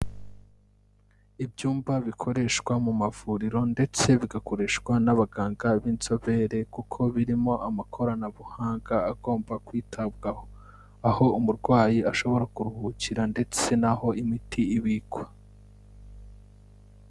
Ibyumba bikoreshwa mu mavuriro ndetse bigakoreshwa n'abaganga b'inzobere kuko birimo amakoranabuhanga agomba kwitabwaho, aho umurwayi ashobora kuruhukira ndetse naho imiti ibikwa.